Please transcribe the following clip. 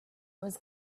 was